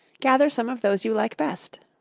gather some of those you like best.